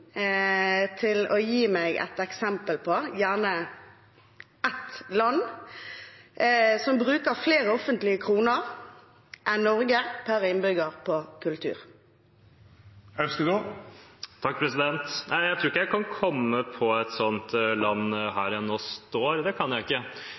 til å gi meg et eksempel på ett land som bruker flere offentlige kroner enn Norge per innbygger på kultur. Nei, jeg tror ikke jeg kan komme på et land